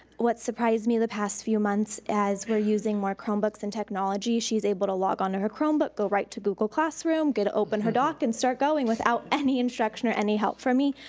what surprised me the past few months as we're using more chromebooks and technology, she's able to log on to her chromebook, go right to google classroom, get open her doc, and start going without any instruction or any help from me,